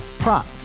Prop